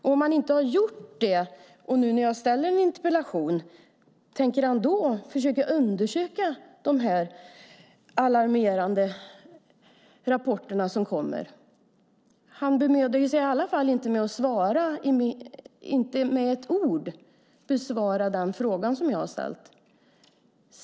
Om statsrådet inte har gjort det och jag ställer en interpellation, tänker han då försöka undersöka de alarmerande rapporterna? Statsrådet bemödar sig inte om att besvara den fråga som jag har ställt.